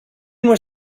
were